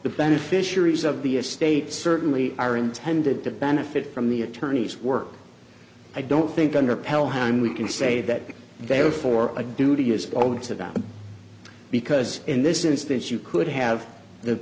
beneficiaries of the estate certainly are intended to benefit from the attorney's work i don't think under pell whom we can say that they were for a duty is owed to them because in this instance you could have the